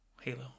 Halo